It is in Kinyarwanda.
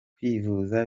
kwivuza